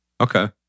Okay